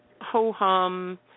ho-hum